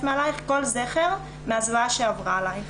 מעלייך כל זכר מהזוועה שעברה עלייך.